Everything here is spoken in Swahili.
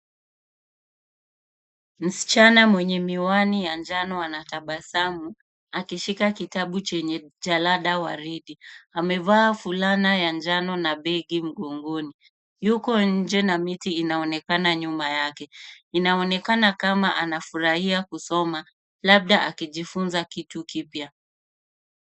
Msichana mwenye miwani ya njano anatabasamu huku akishika kitabu chenye jalada la waridi. Amevaa fulana ya njano na begi mgongoni. Yuko nje, na miti inaonekana nyuma yake. Anaonekana kama anafurahia kusoma, labda akijifunza kitu kipya.